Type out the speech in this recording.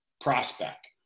prospect